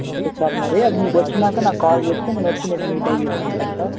okay sir మరి మీరు వచ్చినాక నాకు కాల్ చేస్తే నేను వచ్చి మేకు మీట్ అయ్యి తీసుకుంటాను సార్